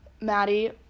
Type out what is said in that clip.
maddie